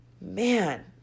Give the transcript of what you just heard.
man